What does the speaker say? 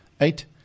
Eight